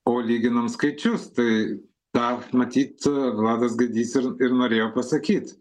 o lyginam skaičius tai tą matyt vladas gaidys ir ir norėjo pasakyt